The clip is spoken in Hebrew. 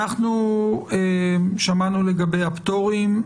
שמענו לגבי הפטורים.